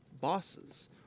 bosses